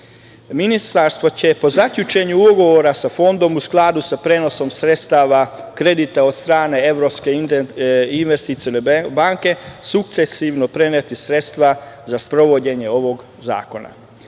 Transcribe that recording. sredstava. Ministarstvo će po zaključenju ugovora sa Fondom u skladu sa prenosom sredstava kredita od strane Evropske investicione banke sukcesivno preneti sredstva za sprovođenje ovog zakona. Upravni